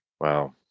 Wow